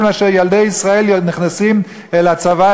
מאשר ילדי ישראל שנכנסים אל הצבא,